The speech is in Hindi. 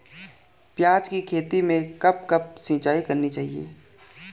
प्याज़ की खेती में कब कब सिंचाई करनी चाहिये?